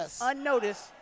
unnoticed